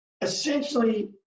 essentially